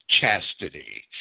chastity